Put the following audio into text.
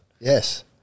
Yes